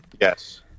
Yes